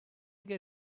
get